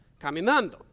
caminando